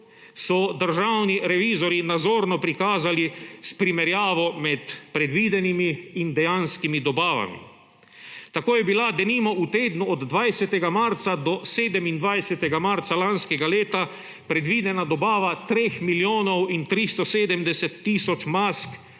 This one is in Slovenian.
so državni revizorji nazorno prikazali s primerjavo med predvidenimi in dejanskimi dobavami. Tako je bila denimo v tednu od 20. marca do 27. marca lanskega leta predvidena dobava treh milijonov in 370 tisoč mask